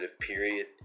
period